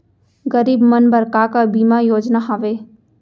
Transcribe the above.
गरीब मन बर का का बीमा योजना हावे?